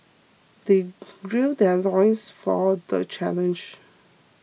they gird their loins for the challenge